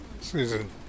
Susan